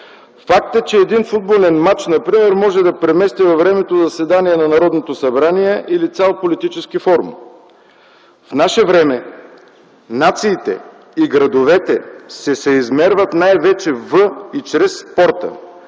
Факт е, че един футболен мач например може да премести във времето заседание на Народното събрание или цял политически форум. В наше време нациите и градовете ще се измерват най-вече във и чрез спорта,